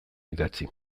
idatzi